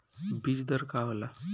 बीज दर का होला?